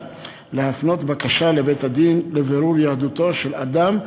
להפנות בקשה לבית-הדין לבירור יהדותו של אדם,